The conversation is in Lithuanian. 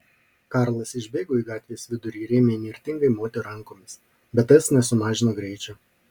karlas išbėgo į gatvės vidurį ir ėmė įnirtingai moti rankomis bet tas nesumažino greičio